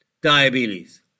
diabetes